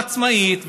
וללמוד עצמאית,